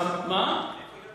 מאיפה המיליון דונם?